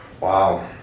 Wow